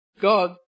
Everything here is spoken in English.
God